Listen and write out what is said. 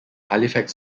halifax